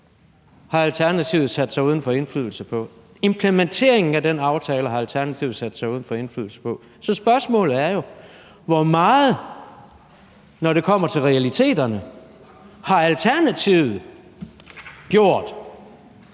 har Alternativet sat sig uden for at få indflydelse på. Implementeringen af den aftale har Alternativet sat sig uden for at få indflydelse på. Så spørgsmålet er jo, hvor meget, når det kommer til realiteterne, Alternativet har